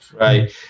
Right